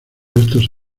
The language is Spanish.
estos